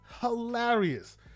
hilarious